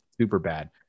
Superbad